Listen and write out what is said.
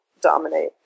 dominate